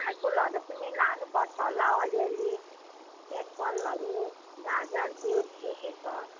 फलफुलहरू पनि लानुपर्छ होला अलिअलि एप्पलहरू गाजर बिट के के छ